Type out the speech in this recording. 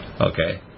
Okay